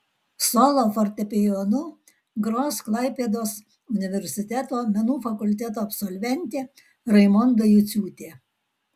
solo fortepijonu gros klaipėdos universiteto menų fakulteto absolventė raimonda juciūtė